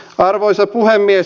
arvoisa puhemies